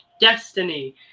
Destiny